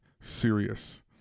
serious